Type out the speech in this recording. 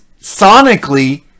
sonically